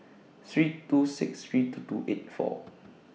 three two six three two two eight four